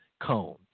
Cone